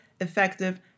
effective